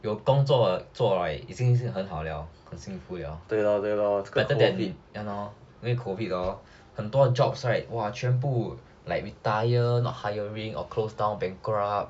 有工作做 right 已经很好 liao 很幸福 liao better then 因为 COVID hor 很多 jobs right !wah! 全部 like retire not hiring or closed down bankrupt